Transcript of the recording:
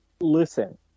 Listen